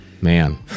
Man